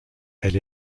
elle